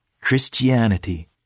Christianity